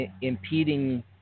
impeding